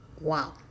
Wow